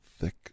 thick